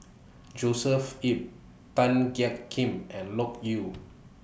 Joshua Ip Tan Jiak Kim and Loke Yew